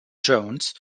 jones